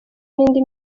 n’indi